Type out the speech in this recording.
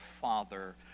Father